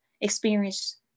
experience